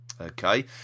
Okay